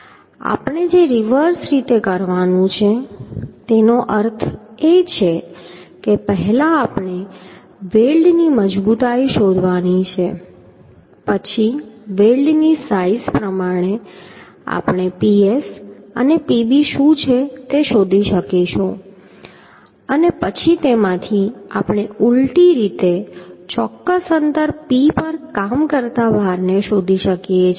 આપણે જે રિવર્સ રીતે કરવાનું છે તેનો અર્થ એ છે કે પહેલા આપણે વેલ્ડની મજબૂતાઈ શોધવાની છે પછી વેલ્ડની સાઈઝ પ્રમાણે આપણે Ps અને Pb શું છે તે શોધી શકીશું પછી તેમાંથી આપણે ઉલટી રીતે ચોક્કસ અંતર P પર કામ કરતા ભારને શોધી શકે છે